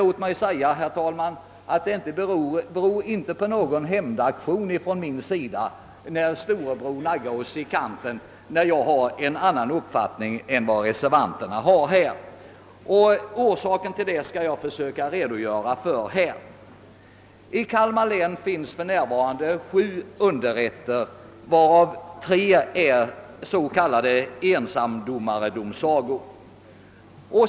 Låt mig säga, herr talman, att det inte är någon hämndeaktion från min sida på grund av att storebror naggar oss i kanten, att jag har en annan uppfattning än reservan terna på denna punkt. Jag skall försöka redogöra för bakgrunden härtill. I Kalmar län finns för närvarande sju underrätter, varav tre är s.k. ensamdomardomsagor.